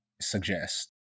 suggest